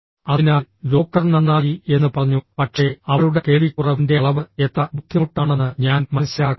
അതിനാൽ ഡോക്ടർ നന്നായി എന്ന് പറഞ്ഞു പക്ഷേ അവളുടെ കേൾവിക്കുറവിന്റെ അളവ് എത്ര ബുദ്ധിമുട്ടാണെന്ന് ഞാൻ മനസ്സിലാക്കട്ടെ